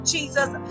Jesus